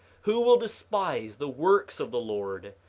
who will despise the works of the lord?